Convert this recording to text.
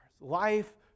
Life